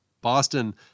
Boston